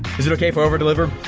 is it okay for over deliver?